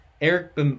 eric